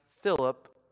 Philip